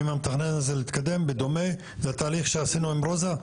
ועם המתכנן הזה להתקדם בדומה לתהליך שעשינו עם רוזה?